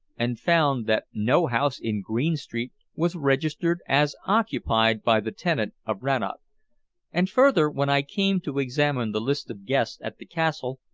and found that no house in green street was registered as occupied by the tenant of rannoch and, further, when i came to examine the list of guests at the castle,